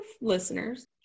listeners